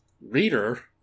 Reader